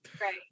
Right